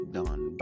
done